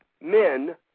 men